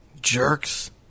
Jerks